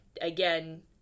again